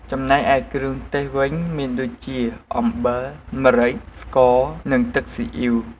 ចំណែកឯគ្រឿងទេសវិញមានដូចជា អំបិល ម្រេច ស្ករ និងទឹកស៊ីអ៉ីវ។